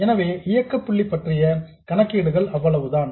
எனவே இயக்கப்புள்ளி பற்றிய கணக்கீடுகள் அவ்வளவுதான்